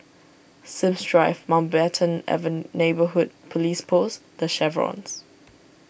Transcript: Sims Drive Mountbatten Neighbourhood Police Post the Chevrons